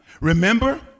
Remember